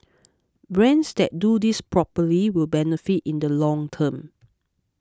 brands that do this properly will benefit in the long term